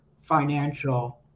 financial